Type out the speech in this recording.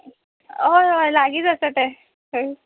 होय होय लागींच आसा तें खंय